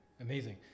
Amazing